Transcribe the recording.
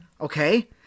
Okay